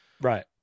Right